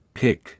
pick